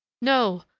no,